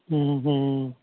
हुँ हुँ